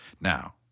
Now